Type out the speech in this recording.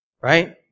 Right